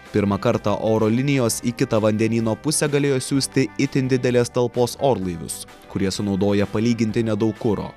pirmą kartą oro linijos į kitą vandenyno pusę galėjo siųsti itin didelės talpos orlaivius kurie sunaudoja palyginti nedaug kuro